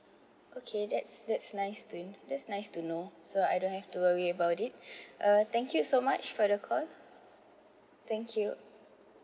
okay that's that's nice to him that's nice to know so I don't have to worry about it uh thank you so much for the call thank you